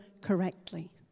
correctly